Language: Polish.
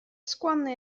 skłonny